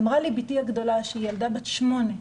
אמרה לי בתי הגדולה שהיא ילדה בת 8,